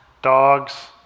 dogs